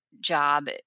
job